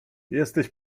jesteś